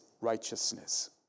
righteousness